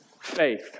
Faith